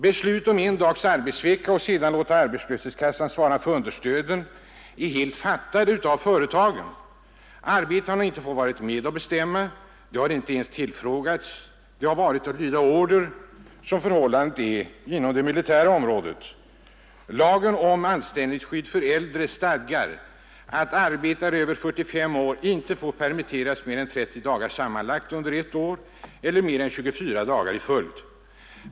Beslutet om en dags arbetsvecka — och sedan låta arbetslöshetskassan svara för understöden — är helt fattat av företagen. Arbetarna har inte fått vara med och bestämma. De har inte ens tillfrågats. Det har varit att lyda order som förhållandet är på det militära området. Lagen om anställningsskydd för äldre säger att arbetare över 45 år inte får permitteras mer än 30 dagar sammanlagt under ett år eller mer än 24 dagar i en följd.